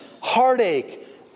Heartache